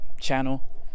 channel